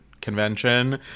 convention